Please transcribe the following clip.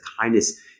kindness